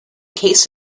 case